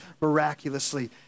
miraculously